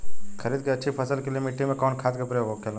खरीद के अच्छी फसल के लिए मिट्टी में कवन खाद के प्रयोग होखेला?